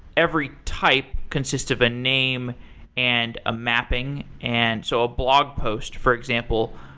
every type consist of a name and a mapping. and so a blog post, for example,